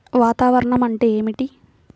వాతావరణం అంటే ఏమిటి?